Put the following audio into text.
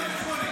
שיגיד.